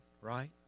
right